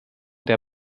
der